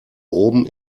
oben